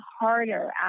harder